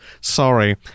Sorry